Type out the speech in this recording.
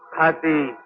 at the